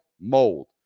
mold